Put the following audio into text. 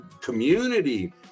community